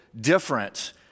different